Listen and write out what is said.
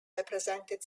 represented